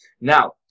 now